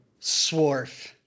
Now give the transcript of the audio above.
Swarf